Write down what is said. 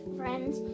friends